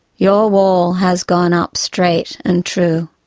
your wall has gone up straight and true.